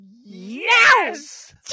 Yes